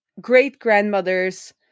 great-grandmother's